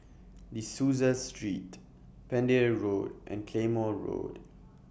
De Souza Street Pender Road and Claymore Road